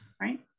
Right